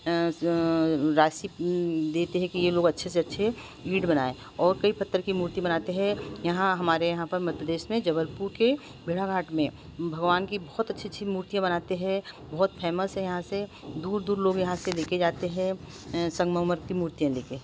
राशि देते हैं कि यह लोग अच्छे से अच्छे ईंट बनाएँ और कई पत्थर की मूर्ती बनाते हैं यहाँ हमारे यहाँ पर मध्य प्रदेश में जबलपुर के बेला घाट मे भगवान की बहुत अच्छी अच्छी मूर्तियाँ बनाते हैं बहुत फेमस है यहाँ से दूर दूर लोग यहाँ से लेकर जाते हैं संगमरमर की मूर्तियाँ लेकर